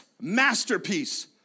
masterpiece